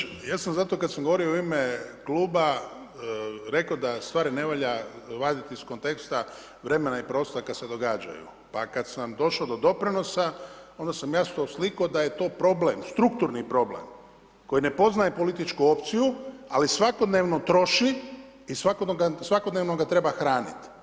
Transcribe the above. Kolega Bačić, ja sam zato kad sam govorio u vrijeme kluba rekao da stvari ne valja vaditi iz konteksta vremena i prostora kad se događaju, pa kad sam došao do doprinosa onda sam jasno usliko da je to problem strukturni problem koji ne poznaje političku opciju, ali svakodnevno troši i svakodnevno ga treba hraniti.